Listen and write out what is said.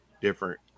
different